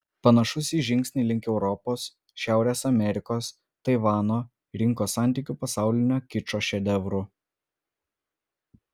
panašus į žingsnį link europos šiaurės amerikos taivano rinkos santykių pasaulinio kičo šedevrų